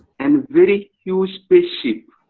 and very huge spaceship,